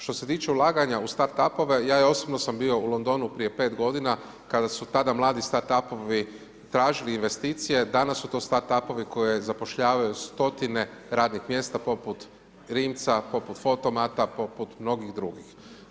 Što se tiče ulaganja u start up-ove ja osobno sam bio u Londonu prije 5 godina kada su tada mladi start up-ovi tražili investicije, danas su to start up-ovi koji zapošljavaju stotine radnih mjesta poput Rimca, poput FOTO MATA, poput mnogih drugih.